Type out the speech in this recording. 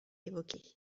évoquée